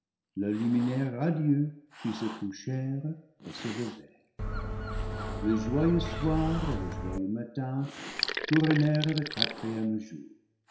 leurs luminaires radieux qui se couchèrent et se levèrent le joyeux soir et le joyeux matin couronnèrent le quatrième jour